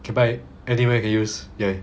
can buy anywhere you can use ya